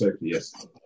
yes